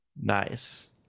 Nice